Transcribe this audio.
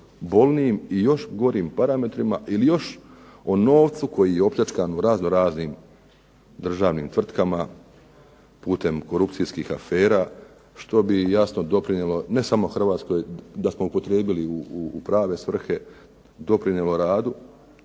bolnijim i još gorim parametrima, ili još o novcu koji je opljačkan u raznoraznim državnim tvrtkama, putem korupcijskih afera, što bi jasno doprinijelo ne samo Hrvatskoj, da smo upotrijebili u prave svrhe, doprinijelo radu,